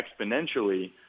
exponentially